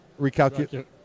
Recalculate